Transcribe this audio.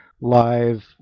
live